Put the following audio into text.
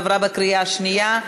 עברה בקריאה השנייה.